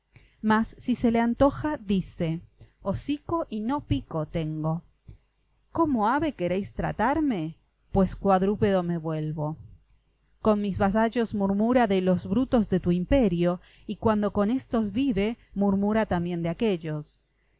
mas si se le antoja dice hocico y no pico tengo cómo ave queréis tratarme pues cuadrúpedo me vuelvo con mis vasallos murmura de los brutos de tu imperio y cuando con éstos vive murmura también de aquéllos los